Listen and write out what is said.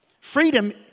Freedom